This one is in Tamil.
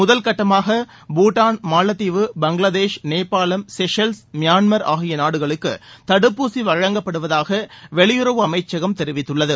முதல் கட்டமாக பூட்டாள் மாலத்தீவு பங்களாதேஷ் நேபாளம் செஷல்ஸ் மியான்மர் ஆகிய நாடுகளுக்கு தடுப்பூசி வழங்கப்படுவதாக வெளியுறவு அமைச்சகம் தெரிவித்துள்ளது